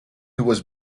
was